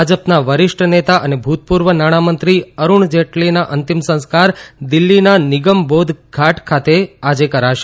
ભાજપના વરિષ્ઠ નેતા અને ભુતપુર્વ નાણામંત્રી અરૂણ જેટલીના અંતિમ સંસ્કાર દિલ્હીના નિગમ બોધ ઘાટ ખાતે આજે કરાશે